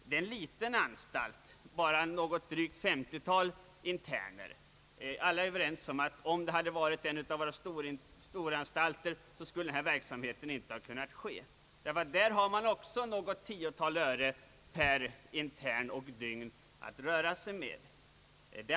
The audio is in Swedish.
Det är en liten anstalt med drygt 50-talet interner. Alla torde vara överens om att därest det hade gällt en av våra stora anstalter hade detta inte varit möjligt. Där har man också några 10-tal ören per intern och dygn att röra sig med.